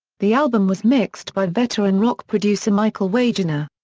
the album was mixed by veteran rock producer michael wagener.